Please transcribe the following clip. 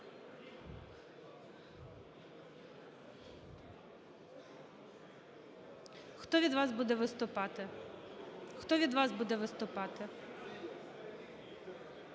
Хто від вас буде виступати?